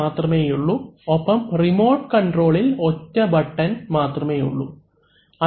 ഗാരേജിൽ നിന്ന് അല്ലെങ്കിൽ റിമോട്ട് കൺട്രോളിൽ നിന്ന് ബട്ടൺ അമർത്തിയാൽ സ്റ്റെപ് 3ഇൽ എത്തും ഒപ്പം ഡോർ അടയും